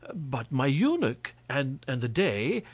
but my eunuch, and and the dey,